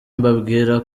mbabwira